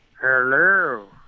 Hello